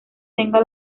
tenga